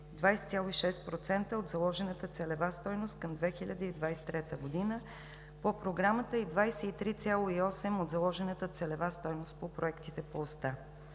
20,6% от заложената целева стойност към 2023 г. по Програмата и 23,8% от заложената целева стойност по проектите по оста.